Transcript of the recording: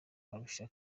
alicia